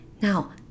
now